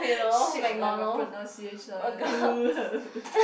shit my life my pronunciation